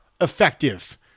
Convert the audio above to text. effective